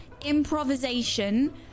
improvisation